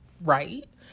right